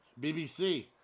BBC